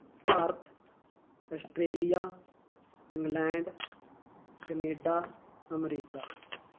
Bharat Australia England Canada America